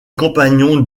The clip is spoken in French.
compagnons